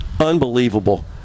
Unbelievable